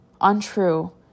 untrue